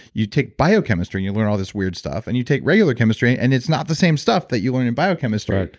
you take biochemistry, and you learn all this weird stuff, and you take regular chemistry, and it's not the same stuff that you learn in biochemistry.